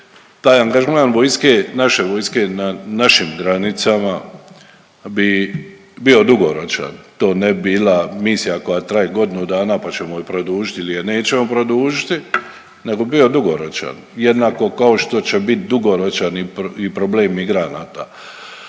taj angažman vojske, naše vojske na našim granicama bi bio dugoročan, to ne bi bila misija koja traje godinu dana pa ćemo je produžit ili je nećemo produžiti nego bio dugoročan, jednako kao što će bit dugoročan i problem migranata.